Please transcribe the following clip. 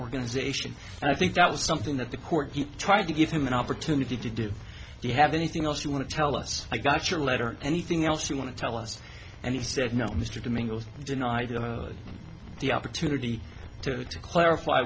organization and i think that was something that the court tried to give him an opportunity to do you have anything else you want to tell us i got your letter anything else you want to tell us and he said no mr domingo's denied the opportunity to clarify